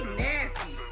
nasty